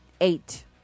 eight